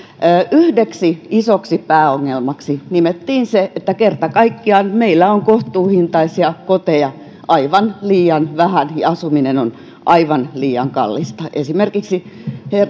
yhdeksi isoksi pääongelmaksi nimettiin se että kerta kaikkiaan meillä on kohtuuhintaisia koteja aivan liian vähän ja asuminen on aivan liian kallista esimerkiksi